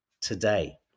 today